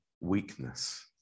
weakness